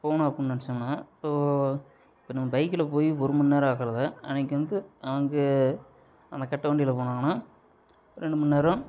போவணும் அப்புட்ன்னு நினச்சாங்கன்னா இப்போ இப்போ நம்ம பைக்கில் போய் ஒரு மண்நேரம் ஆகுறதை அன்னைக்கு வந்து அங்கே அந்த கட்டவண்டியில போனாங்கன்னா ரெண்டு மண்நேரம்